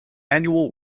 annual